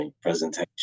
presentation